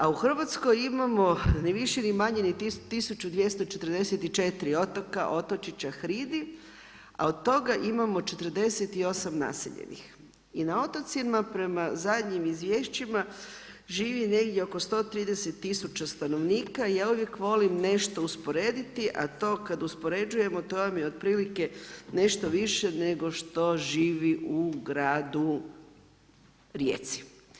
A u Hrvatskoj imamo ni više ni manje nego 1244 otoka, otočića i hridi a od toga imamo 48 naseljenih i na otocima prema zadnjim izvješćima živi negdje oko 130 tisuća stanovnika i ja uvijek volim nešto usporediti a to kad uspoređujemo, to vam je otprilike nešto više nego što živi u gradu Rijeci.